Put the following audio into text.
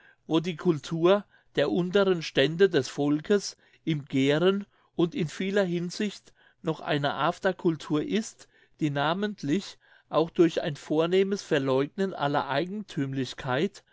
wo die cultur der unteren stände des volkes im gähren und in vieler hinsicht noch eine aftercultur ist die namentlich auch durch ein vornehmes verläugnen aller